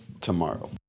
tomorrow